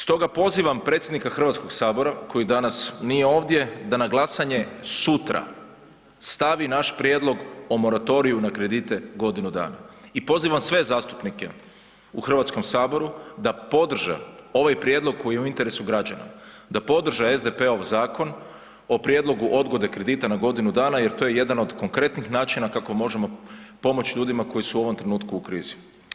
Stoga pozivam predsjednika Hrvatskog sabora, koji danas nije ovdje, da na glasanje sutra stavi naš prijedlog o moratoriju na kredite godinu dana i pozivam sve zastupnike u Hrvatskom saboru da podrže ovaj prijedlog koji je u interesu građana, da podrže SDP-ov zakon o prijedlogu odgode kredita na godinu dana jer to je jedan od konkretnih načina kako možemo pomoći ljudima koji su u ovom trenutku u krizi.